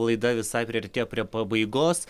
laida visai priartėjo prie pabaigos